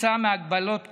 כתוצאה מהגבלות הקורונה,